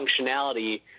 functionality